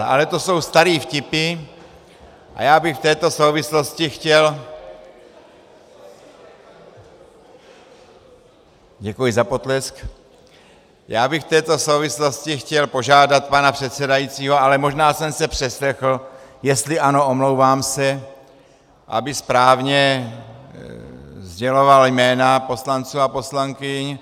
Ale to jsou staré vtipy a já bych v této souvislosti chtěl děkuji za potlesk já bych v této souvislosti chtěl požádat pana předsedajícího, ale možná jsem se přeslechl, jestli ano, omlouvám se, aby správně sděloval jména poslanců a poslankyň.